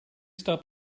stop